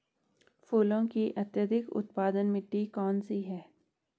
फूलों की अत्यधिक उत्पादन मिट्टी कौन सी है?